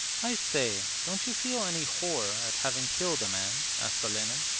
i say, don't you feel any horror at having killed a man asked olenin.